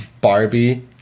barbie